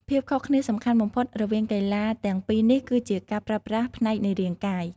ភាពខុសគ្នាសំខាន់បំផុតរវាងកីឡាទាំងពីរនេះគឺការប្រើប្រាស់ផ្នែកនៃរាងកាយ។